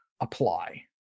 apply